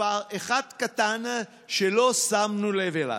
מספר אחד קטן שלא שמנו לב אליו,